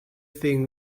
think